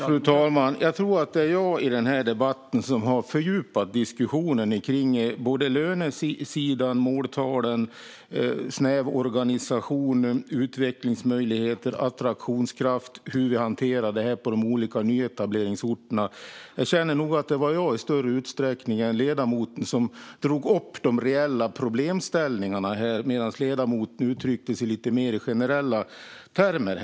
Fru talman! Jag tror att det är jag i denna debatt som har fördjupat diskussionen om både lönesidan, måltalen, snäv organisation, utvecklingsmöjligheter, attraktionskraft och hur vi hanterar detta på de olika nyetableringsorterna. Jag känner att det var jag som i större utsträckning än ledamoten drog upp de reella problemställningarna här, medan ledamoten uttryckte sig i lite mer generella termer.